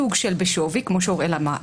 סוג של בשווי כפי שאוראל אמר.